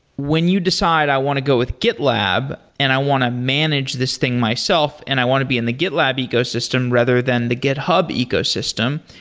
when you decide i want to go with gitlab and i want to manage this thing myself and i want to be in the gitlab ecosystem, rather than the github ecosystem,